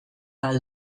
ahal